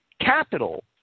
capital